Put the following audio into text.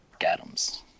Adams